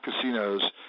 casinos